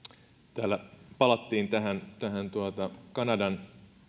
täällä palattiin tähän tähän kanadan